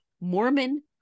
Mormon